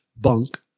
Bunk